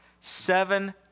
seven